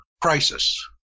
crisis